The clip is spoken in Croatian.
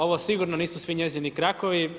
Ovo sigurno nisu svi njezini krakovi.